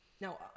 Now